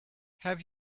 have